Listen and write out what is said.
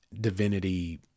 divinity